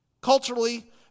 Culturally